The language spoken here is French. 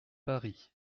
paris